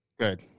Good